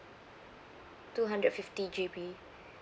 two hundred fifty G_B